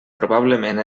probablement